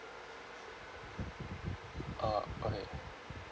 ah okay